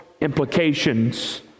implications